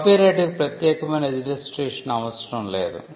copyright కు ప్రత్యేకమైన registration అవసరం లేదు